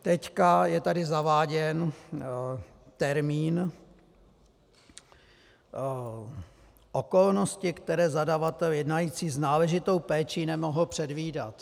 Teď je tady zaváděn termín okolnosti, které zadavatel jednající s náležitou péči nemohl předvídat.